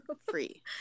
free